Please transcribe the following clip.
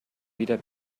wieder